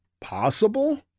possible